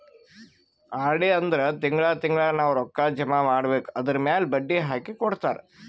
RD ಅಂದುರ್ ತಿಂಗಳಾ ತಿಂಗಳಾ ನಾವ್ ರೊಕ್ಕಾ ಜಮಾ ಮಾಡ್ಬೇಕ್ ಅದುರ್ಮ್ಯಾಲ್ ಬಡ್ಡಿ ಹಾಕಿ ಕೊಡ್ತಾರ್